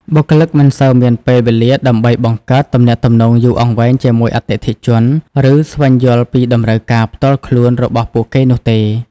បុគ្គលិកមិនសូវមានពេលវេលាដើម្បីបង្កើតទំនាក់ទំនងយូរអង្វែងជាមួយអតិថិជន ឬស្វែងយល់ពីតម្រូវការផ្ទាល់ខ្លួនរបស់ពួកគេនោះទេ។